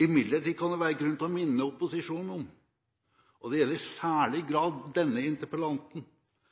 Imidlertid kan det være grunn til å minne opposisjonen om – og det gjelder i særlig grad denne interpellanten